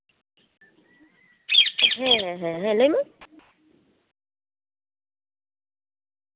ᱦᱮᱸ ᱦᱮᱸ ᱞᱟᱹᱭᱢᱮ